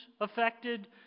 affected